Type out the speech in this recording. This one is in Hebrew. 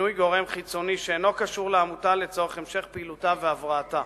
במינוי גורם חיצוני שאינו קשור לעמותה לצורך המשך פעילותה והבראתה.